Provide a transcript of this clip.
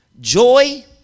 joy